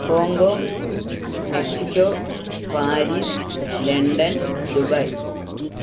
Hong Kong Mexico Paris London Dubai